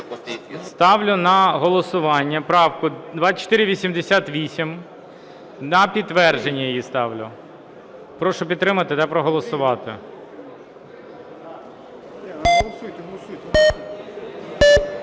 Ставлю на голосування правку 2488, на підтвердження її ставлю. Прошу підтримати та проголосувати.